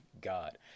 God